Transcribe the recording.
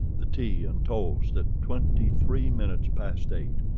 the tea and toast at twenty-three minutes past eight,